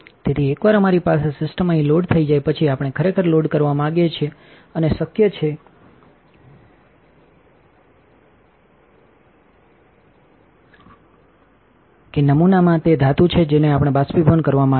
તેથી એકવાર અમારી પાસે સિસ્ટમ અહીં લોડ થઈ જાય પછી આપણે ખરેખર લોડ કરવા માંગીએ છીએ અને શક્ય છે કે નામમાં તે ધાતુ છે જેને આપણે બાષ્પીભવન કરવા માંગીએ છીએ